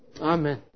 Amen